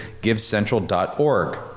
GiveCentral.org